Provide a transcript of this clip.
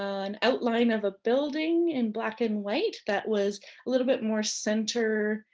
um an outline of a building, in black-and-white, that was a little bit more center